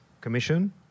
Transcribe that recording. commission